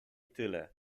tyle